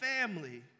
family